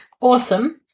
awesome